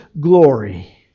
glory